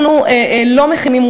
אנחנו לא מכינים,